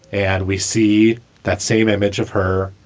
and we see that same image of her,